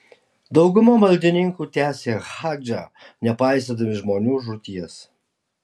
dauguma maldininkų tęsė hadžą nepaisydami žmonių žūties